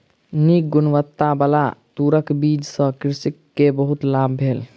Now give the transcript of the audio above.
नीक गुणवत्ताबला तूरक बीज सॅ कृषक के बहुत लाभ भेल